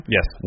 Yes